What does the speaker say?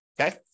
okay